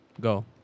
go